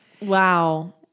wow